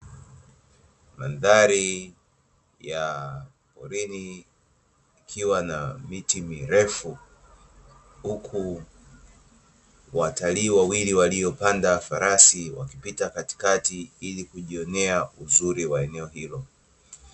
Mandhari ya porini ikiwa na miti mirefu huku watalii wawili waliopanda farasi wakipita katikati ili kujionea uzuri wa eneo hilo.